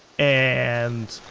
and.